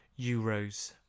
Euros